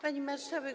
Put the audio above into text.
Pani Marszałek!